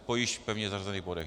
Po již pevně zařazených bodech.